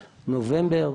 נובמבר,